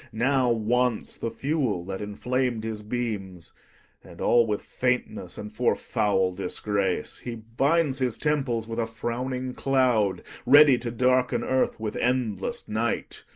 now wants the fuel that inflam'd his beams and all with faintness, and for foul disgrace, he binds his temples with a frowning cloud, ready to darken earth with endless night.